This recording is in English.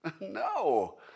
No